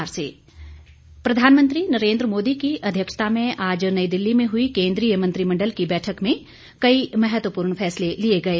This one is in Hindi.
केन्द्रीय मंत्रिमंडल प्रधानमंत्री नरेन्द्र मोदी की अध्यक्षता में आज नई दिल्ली में हुई केन्द्रीय मंत्रिमण्डल की बैठक में कई महत्वपूर्ण फैसले लिये गये